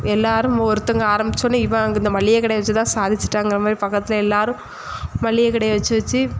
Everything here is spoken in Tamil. எல்லாரும் ஒருத்தங்க ஆரம்மிச்சவோன்னே இவ இந்த மளிகை கடயை வச்சு தான் சாதிச்சிட்டாங்கிற மாதிரி பக்கத்தில் எல்லாரும் மளிகை கடையை வச்சு வச்சு